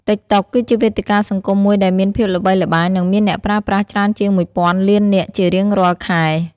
តិកតុក គឺជាវេទិកាសង្គមមួយដែលមានភាពល្បីល្បាញ និងមានអ្នកប្រើប្រាស់ច្រើនជាងមួយពាន់លាននាក់ជារៀងរាល់ខែ។